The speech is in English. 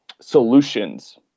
solutions